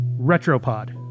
Retropod